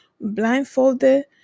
blindfolded